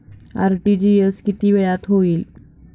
RTGS किती वेळात होईल?